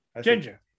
Ginger